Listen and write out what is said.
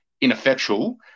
ineffectual